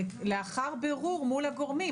לאחר בירור מול הגורמים.